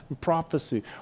prophecy